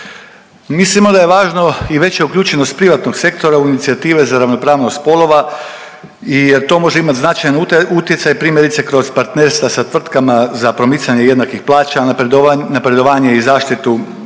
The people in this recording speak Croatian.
Mislimo da je važno i veća uključenost privatnog sektora u inicijative za ravnopravnost spolova i to može imati značajan utjecaj primjerice kroz partnerstva sa tvrtkama za promicanje jednakih plaća, napredovanje i zaštitu